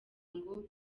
ngo